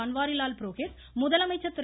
பன்வாரிலால் புரோகித் முதலமைச்சர் திரு